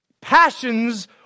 Passions